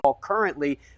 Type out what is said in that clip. currently